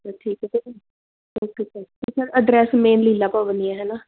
ਠੀਕ ਹੈ sir okay sir ਅਤੇ sir address main Leela Bhavan ਹੀ ਹੈ ਹੈ ਨਾ